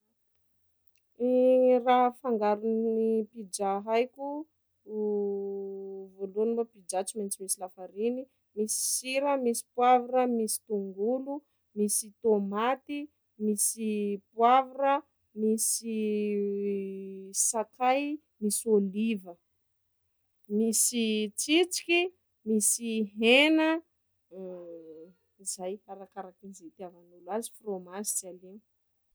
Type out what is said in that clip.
Raha fangarony pizza haiko: vôlohany lo pizza tsy maintsy misy lafariny, misy sira, misy poivra, misy tongolo, misy tômaty, misy poivra, misy sakay, misy ôliva, misy tsitsiky, misy hena, zay! Arakaraky zay itiavanao azy, frômazy tsy aligno.